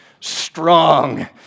strong